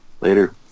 Later